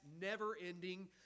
never-ending